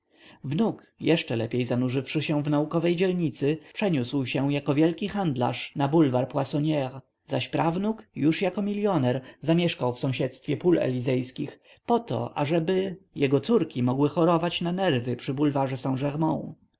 wnuk jeszcze lepiej zanurzywszy się w naukowej dzielnicy przeniósł się jako wielki handlarz na bulwar poissonire zaś prawnuk już jako milioner zamieszkał w sąsiedztwie pól elizejskich poto ażeby jego córki mogły chorować na nerwy przy bulwarze st